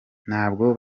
ntabwo